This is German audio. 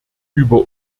über